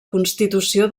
constitució